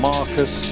Marcus